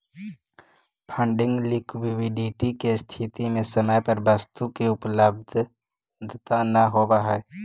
funding liquidity के स्थिति में समय पर वस्तु के उपलब्धता न होवऽ हई